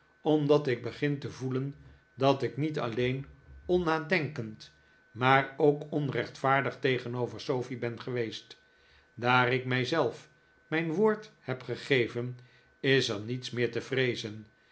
omdat ik begin te voelen dat ik niet alleen onnadenkend maar ook onrechtvaardig tegenover sofie ben geweest daar ik mij zelf mijn woord heb gegeven is er niets meer te vreezen